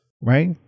right